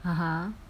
(uh huh)